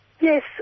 Yes